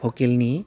भकेलनि